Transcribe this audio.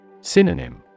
Synonym